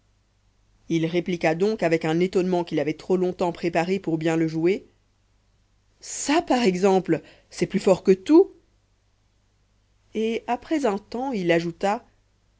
il répliqua donc avec un étonnement qu'il avait trop longuement préparé pour bien le jouer ça par exemple c'est plus fort que tout et après un temps il ajouta